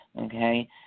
Okay